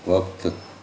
वक़्तु